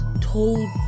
told